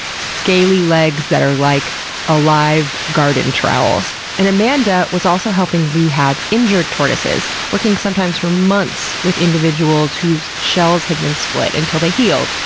scaly legs that are like ah live garden trowels. and amanda was also helping rehab injured tortoises, working sometimes for months with individuals whose shells had been split, until they healed,